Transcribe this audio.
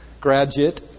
graduate